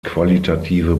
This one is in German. qualitative